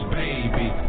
baby